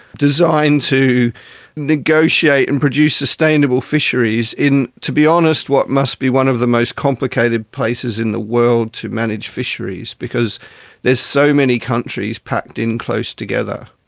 designed to negotiate and produce sustainable fisheries in, to be honest, what must be one of the most complicated places in the world to manage fisheries because there's so many countries packed in close together.